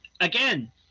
Again